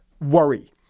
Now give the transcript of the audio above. Worry